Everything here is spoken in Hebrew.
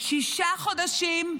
שישה חודשים,